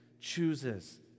chooses